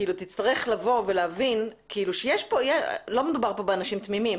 תצטרך לבוא ולהבין שלא מדובר כאן באנשים תמימים.